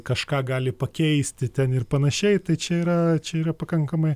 kažką gali pakeisti ten ir panašiai tai čia yra čia yra pakankamai